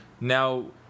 Now